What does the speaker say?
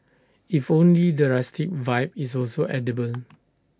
if only the rustic vibe is also edible